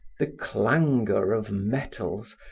the clangor of metals,